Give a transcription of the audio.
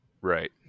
Right